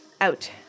out